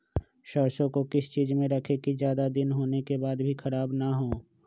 सरसो को किस चीज में रखे की ज्यादा दिन होने के बाद भी ख़राब ना हो?